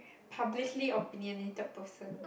publicly opinionated person